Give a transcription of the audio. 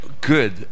good